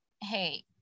hey